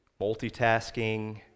multitasking